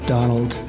Donald